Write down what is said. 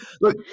look